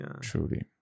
truly